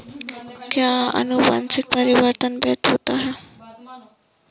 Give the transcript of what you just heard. क्या अनुवंशिक परिवर्तन वैध होता है?